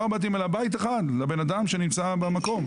בתים אלא בית אחד לבן אדם שנמצא במקום.